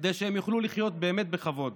כדי שהם יוכלו לחיות באמת בכבוד.